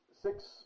Six